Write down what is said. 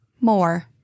more